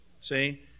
See